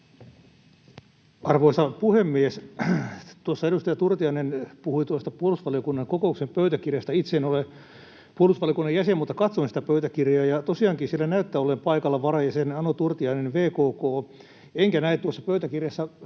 Arvoisa puhemies! Tuossa edustaja Turtiainen puhui tuosta puolustusvaliokunnan kokouksen pöytäkirjasta. Itse en ole puolustusvaliokunnan jäsen, mutta katsoin sitä pöytäkirjaa, ja tosiaankin siellä näyttää olleen paikalla varajäsen Ano Turtiainen, VKK, enkä näe tuossa pöytäkirjassa